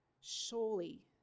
surely